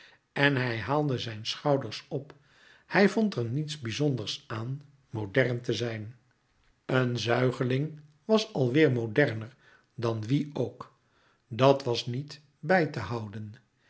en hij haalde zijn schouders op hij vond er niets bizonders aan modern te zijn een zuigeling was al weêr moderner dan wie ook dat was niet bij te houden